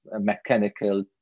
mechanical